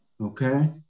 Okay